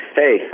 hey